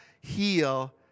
heal